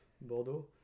Bordeaux